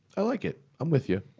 i like it. i'm with you.